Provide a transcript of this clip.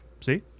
See